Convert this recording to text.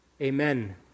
Amen